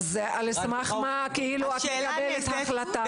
אז על סמך מה את מקבלת החלטה?